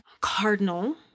Cardinal